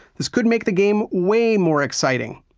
this could make the game way more exciting.